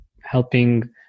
helping